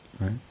Right